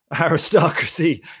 aristocracy